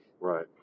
right